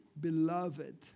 beloved